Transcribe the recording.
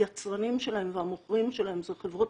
אם היצרנים שלהם והמוכרים שלהם זה חברות